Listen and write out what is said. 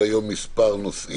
על סדר היום מספר נושאים,